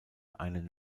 einen